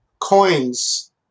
Coins